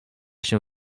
się